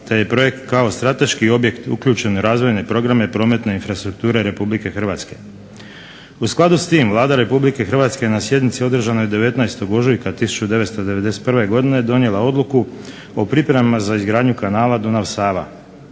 te je projekt kao strateški objekt uključen u razvojne programe prometne infrastrukture Republike Hrvatske. U skladu s tim Vlada Republike Hrvatske na sjednici održanoj 19. ožujka 1991. godine donijela odluku o pripremama za izgradnju kanala Dunav-Sava.